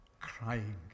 crying